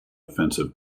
offensive